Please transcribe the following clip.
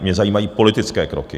Mě zajímají politické kroky.